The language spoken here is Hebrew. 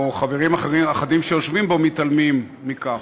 או חברים אחדים שיושבים בו, מתעלמים מכך.